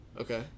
Okay